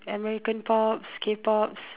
American pops K pops